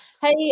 Hey